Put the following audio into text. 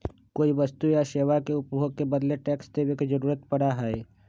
कोई वस्तु या सेवा के उपभोग के बदले टैक्स देवे के जरुरत पड़ा हई